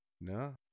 No